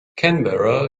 canberra